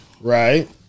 Right